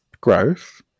growth